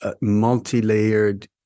multi-layered